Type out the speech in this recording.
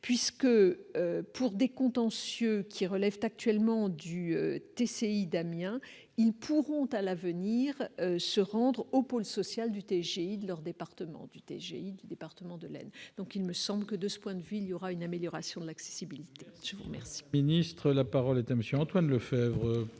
puisque, pour des contentieux qui relèvent actuellement du TCI d'Amiens, ils pourront à l'avenir se rendre au pôle social du TGI de leur département. Il me semble donc que, de ce point de vue, il y aura une amélioration de l'accessibilité. La parole